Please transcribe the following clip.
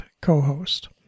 co-host